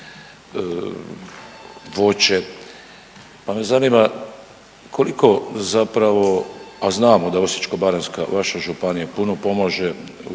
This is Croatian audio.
Hvala